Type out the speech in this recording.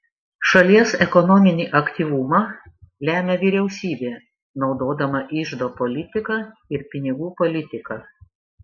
šalies ekonominį aktyvumą lemia vyriausybė naudodama iždo politiką ir pinigų politiką